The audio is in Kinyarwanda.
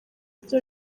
byo